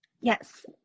Yes